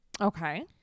Okay